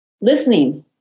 listening